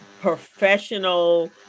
professional